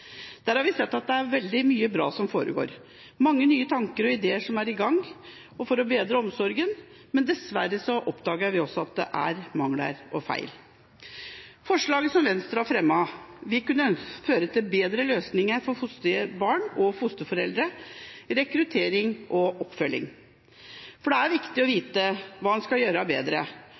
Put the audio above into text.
Der har vi sett at det er veldig mye bra som foregår, mange nye tanker og ideer som er i gang for å bedre omsorgen, men dessverre oppdager vi også at det er mangler og feil. Forslaget som Venstre har fremmet, vil kunne føre til bedre løsninger for fosterbarn og fosterforeldre, rekruttering og oppfølging. Det er viktig å få vite hva en skal gjøre bedre,